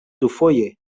dufoje